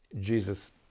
Jesus